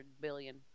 billion